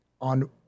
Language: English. on